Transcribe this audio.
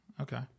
Okay